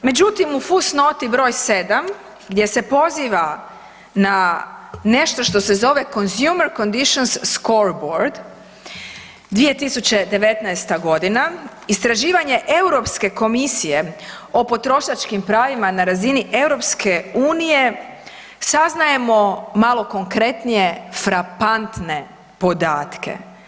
Međutim u fusnoti br. 7 gdje se poziva na nešto što se zove consumer conditions scoreboard 2019. g. istraživanje Europske komisije o potrošačkim pravima na razini EU-a saznajemo malo konkretnije frapantne podatke.